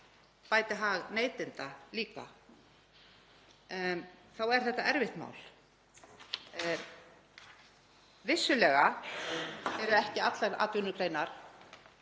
bæti hag neytenda líka þá er þetta erfitt mál. Vissulega eru ekki allar atvinnugreinar